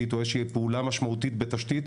או איזו שהיא פעולה משמעותית בתשתית,